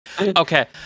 Okay